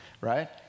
right